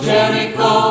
Jericho